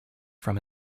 from